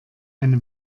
eine